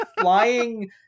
flying